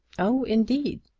oh, indeed.